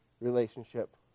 relationship